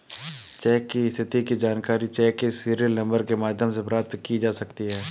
check की स्थिति की जानकारी चेक के सीरियल नंबर के माध्यम से प्राप्त की जा सकती है